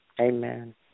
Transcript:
Amen